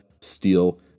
steel